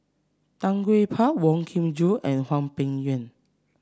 Tan Gee Paw Wong Kin Jong and Hwang Peng Yuan